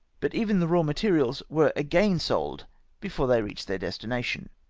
but even the raw materials were again sold before they reached their destination.